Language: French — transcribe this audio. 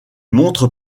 montre